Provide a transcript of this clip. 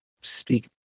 speak